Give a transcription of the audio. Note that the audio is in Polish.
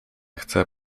chcę